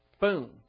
boom